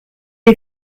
est